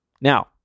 Now